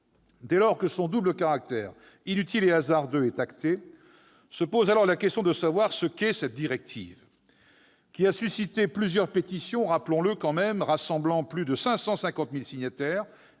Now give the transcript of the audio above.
Dès lors que son double caractère inutile et hasardeux est acté, se pose la question de ce qu'est cette directive, qui a suscité plusieurs pétitions rassemblant, rappelons-le, plus de 550 000 signataires,